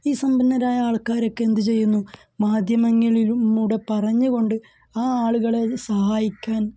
ഈ സമ്പന്നരായ ആൾക്കാരൊക്കെ എന്തു ചെയ്യുന്നു മാധ്യമങ്ങളിലൂടെ പറഞ്ഞു കൊണ്ട് ആ ആളുകളെ സഹായിക്കാൻ